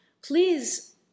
please